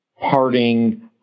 parting